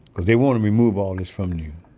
they want to remove all this from you.